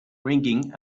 ringing